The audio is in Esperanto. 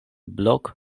blok